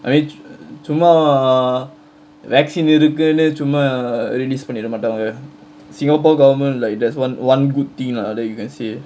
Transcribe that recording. I mean சும்மா:chummaa vaccine இருக்குனு சும்மா:irukkunu chummaa release பண்ணிட மாட்டாங்க:pannida maattaanga singapore government like there's one one good thing lah that you can say